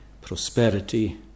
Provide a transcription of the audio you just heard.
prosperity